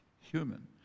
human